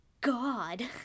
god